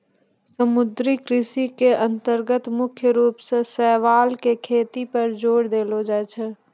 समुद्री कृषि के अन्तर्गत मुख्य रूप सॅ शैवाल के खेती पर जोर देलो जाय छै